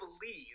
believe